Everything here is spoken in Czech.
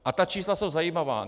A ta čísla jsou zajímavá.